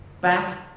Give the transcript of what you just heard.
Back